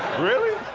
really?